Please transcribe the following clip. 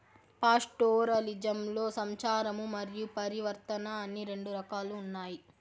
పాస్టోరలిజంలో సంచారము మరియు పరివర్తన అని రెండు రకాలు ఉన్నాయి